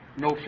no